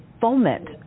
foment